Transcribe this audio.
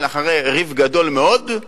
אחרי ריב גדול מאוד,